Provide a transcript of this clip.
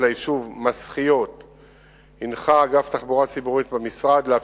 1. האם בעיה זו מוכרת למשרדך?